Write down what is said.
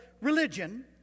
religion